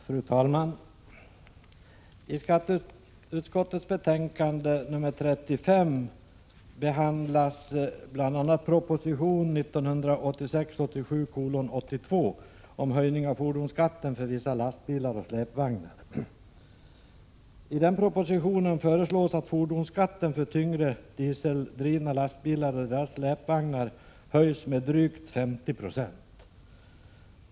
Fru talman! I skatteutskottets betänkande 35 behandlas bl.a. proposition 1986/87:82 om höjning av fordonsskatten för vissa lastbilar och släpvagnar. I den propositionen föreslås att fordonsskatten för tyngre dieseldrivna lastbilar med släpvagnar skall höjas med drygt 50 96.